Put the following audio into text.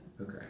Okay